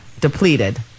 depleted